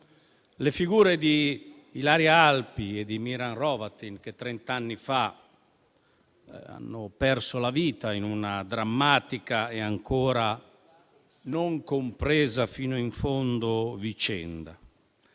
le figure di Ilaria Alpi e di Miran Hrovatin, che trent'anni fa hanno perso la vita in una vicenda drammatica e ancora non compresa fino in fondo.